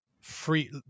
Free